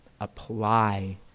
Apply